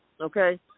Okay